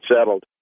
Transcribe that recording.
settled